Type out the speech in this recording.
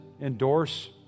endorse